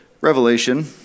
Revelation